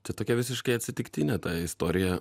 tai tokia visiškai atsitiktinė ta istorija